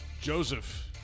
Joseph